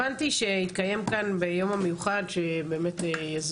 הבנתי שהתקיים כאן ביום המיוחד שיזמו